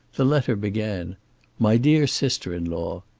the letter began my dear sister-in-law,